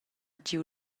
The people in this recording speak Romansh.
giu